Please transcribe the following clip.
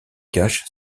cache